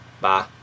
Bye